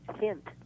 hint